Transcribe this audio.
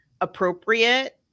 Appropriate